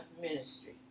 Ministry